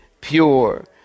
Pure